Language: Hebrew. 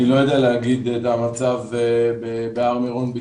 אני לא יודע להגיד את המצב בהר מירון,